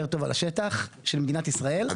על השטח של מדינת ישראל מהגופים הירוקים.